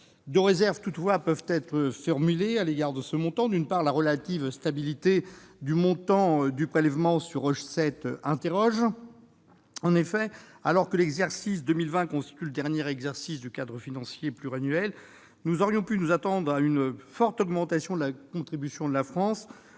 Deux réserves peuvent être formulées à l'égard de ce montant. D'une part, la relative stabilité du montant du prélèvement sur recettes interroge. En effet, alors que l'exercice 2020 constitue le dernier du cadre financier pluriannuel, nous aurions pu nous attendre à une forte augmentation de la contribution de la France,